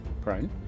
prone